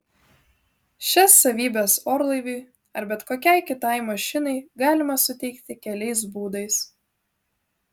šias savybes orlaiviui ar bet kokiai kitai mašinai galima suteikti keliais būdais